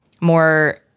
more